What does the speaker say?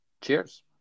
cheers